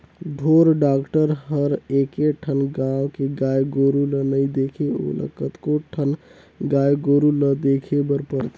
ढोर डॉक्टर हर एके ठन गाँव के गाय गोरु ल नइ देखे ओला कतको ठन गाय गोरु ल देखे बर परथे